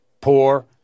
Poor